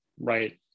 Right